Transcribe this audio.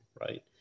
right